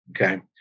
Okay